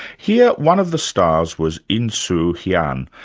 here, one of the stars was insoo hyun,